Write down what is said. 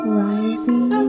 rising